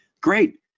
Great